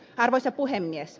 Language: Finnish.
arvoisa puhemies